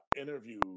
interview